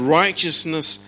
righteousness